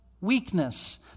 weakness